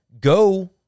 go